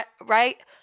right –